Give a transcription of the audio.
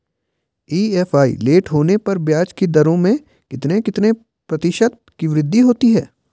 EMI late होने पर ब्याज की दरों में कितने कितने प्रतिशत की वृद्धि होती है?